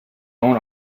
own